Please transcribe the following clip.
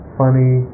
funny